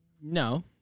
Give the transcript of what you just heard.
No